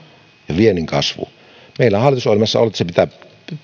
ja viennin kasvu meillä on hallitusohjelmassa että se kasvu pitää